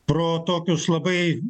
pro tokius labai